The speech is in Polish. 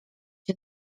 się